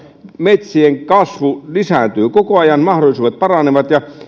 metsien kasvu lisääntyy koko ajan mahdollisuudet paranevat ja